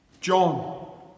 John